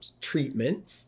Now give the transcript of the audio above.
treatment